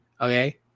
okay